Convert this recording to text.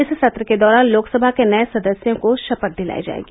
इस सत्र के दौरान लोकसभा के नये सदस्यों को शपथ दिलाई जाएगी